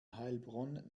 heilbronn